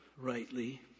rightly